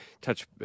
touch